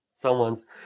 Someone's